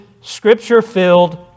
scripture-filled